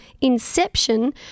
Inception